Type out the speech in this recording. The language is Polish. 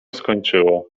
skończyło